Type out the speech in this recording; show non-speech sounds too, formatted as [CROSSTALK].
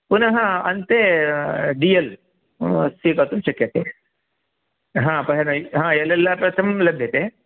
पुनः अन्ते D L स्वीकर्तुं शक्यते ह [UNINTELLIGIBLE] ह एल् एल् आर् प्रथमं लभ्यते